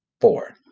Four